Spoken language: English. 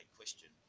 question